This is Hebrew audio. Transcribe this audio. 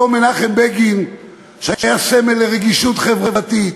אותו מנחם בגין שהיה סמל לרגישות חברתית,